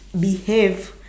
behave